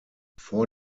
vor